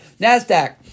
Nasdaq